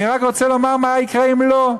אני רק רוצה לומר מה יקרה אם לא.